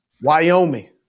Wyoming